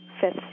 fifth